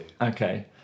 Okay